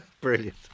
Brilliant